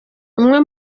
umwe